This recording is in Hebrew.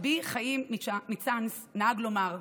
רבי חיים מצאנז נהג לומר: